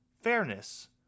fairness